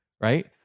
Right